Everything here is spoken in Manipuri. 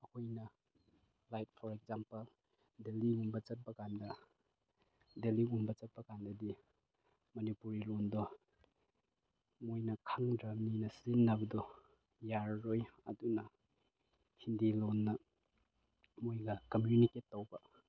ꯑꯩꯈꯣꯏꯅ ꯂꯥꯏꯛ ꯐꯣꯔ ꯑꯦꯛꯖꯥꯝꯄꯜ ꯗꯦꯜꯂꯤꯒꯨꯝꯕ ꯆꯠꯄ ꯀꯥꯟꯗ ꯗꯦꯜꯂꯤꯒꯨꯝꯕ ꯆꯠꯄꯀꯥꯟꯗꯗꯤ ꯃꯅꯤꯄꯨꯔꯤ ꯂꯣꯟꯗꯣ ꯃꯣꯏꯅ ꯈꯪꯗ꯭ꯔꯕꯅꯤꯅ ꯁꯤꯖꯤꯟꯅꯕꯗꯣ ꯌꯥꯔꯔꯣꯏ ꯑꯗꯨꯅ ꯍꯤꯟꯗꯤ ꯂꯣꯟꯅ ꯃꯣꯏꯗ ꯀꯃ꯭ꯌꯨꯅꯤꯀꯦꯠ ꯇꯧꯕ